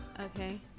Okay